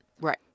Right